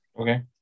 Okay